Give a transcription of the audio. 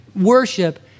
worship